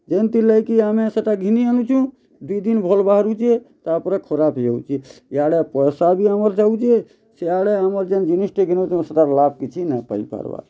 ଯେନ୍ଥିର୍ ଲାଗି କି ଆମେ ସେଟା ଘିନି ଆନୁଛୁଁ ଦି ଦିନ୍ ଭଲ୍ ବାହାରୁଛେ ତାପରେ ଖରାପ୍ ହେଇଯାଉଛେ ଇଆଡ଼େ ପଏସା ବି ଆମର୍ ଯାଉଛେ ସେଆଡ଼େ ଆମର୍ ଯେନ୍ ଜିନିଷ୍ଟେ ଘିନୁଛୁଁ ସେତାର୍ ଲାଭ୍ କିଛି ନାଇଁ ପାଇ ପାର୍ବାର୍